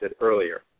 earlier